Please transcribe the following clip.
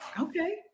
Okay